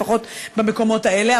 לפחות במקומות האלה,